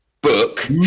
book